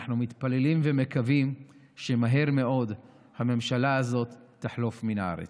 אנחנו מתפללים ומקווים שמהר מאוד הממשלה הזאת תחלוף מן הארץ.